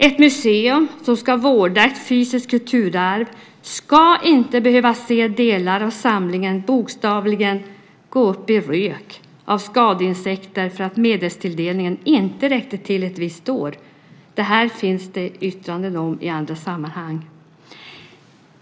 Ett museum som vårdar ett fysiskt kulturarv ska inte behöva se delar av samlingen bokstavligen ätas upp av skadeinsekter för att medelstilldelningen inte räckte till ett visst år. Det finns yttranden om detta i andra sammanhang. Fru talman!